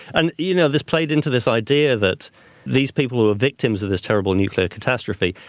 and you know this played into this idea that these people who are victims of this terrible nuclear catastrophe,